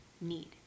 need